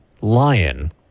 lion